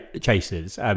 Chasers